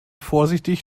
vorsichtig